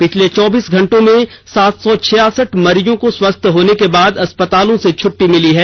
पिछले चौबीस घंटों में सात सौ छियासठ मरीजों को स्वस्थ होने के बाद अस्पताल से छटटी मिली है